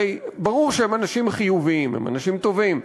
הרי ברור שהם אנשים חיוביים, אנשים טובים.